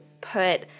put